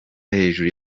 hejuru